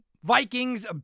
Vikings